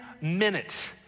minutes